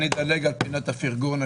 אדלג על פינת הפרגון,